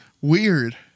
Weird